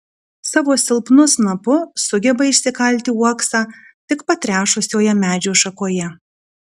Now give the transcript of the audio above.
savo silpnu snapu sugeba išsikalti uoksą tik patrešusioje medžio šakoje